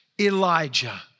Elijah